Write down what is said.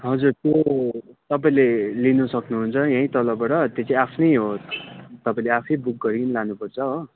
हजुर त्यो तपाईँले लिन सक्नुहुन्छ यहीँ तलबाट त्यो चाहिँ आफ्नै हो तपाईँ आफैले बुक गरिकन लानुपर्छ हो